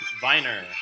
Viner